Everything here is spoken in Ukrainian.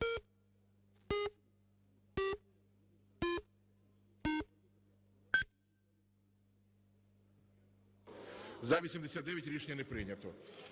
За-101 Рішення не прийнято.